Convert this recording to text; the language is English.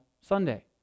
Sunday